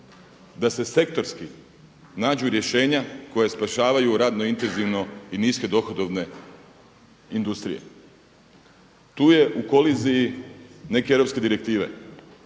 da se sektorski nađu rješenja koja spašavaju radno intenzivno i niske dohodovne industrije. Tu je u koliziji neke europske direktive